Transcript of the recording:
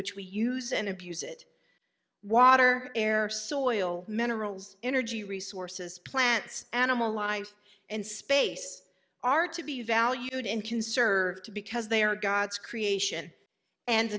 which we use and abuse it watter air soil minerals energy resources plants animal life and space are to be valued and conserved because they are god's creation and